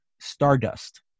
Stardust